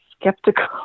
skeptical